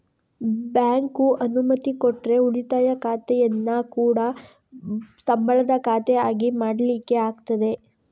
bank ಅನುಮತಿ ಕೊಟ್ರೆ ಉಳಿತಾಯ ಖಾತೆಯನ್ನ ಕೂಡಾ ಸಂಬಳದ ಖಾತೆ ಆಗಿ ಮಾಡ್ಲಿಕ್ಕೆ ಆಗ್ತದೆ